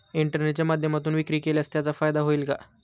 इंटरनेटच्या माध्यमातून विक्री केल्यास त्याचा फायदा होईल का?